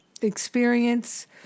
experience